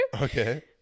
Okay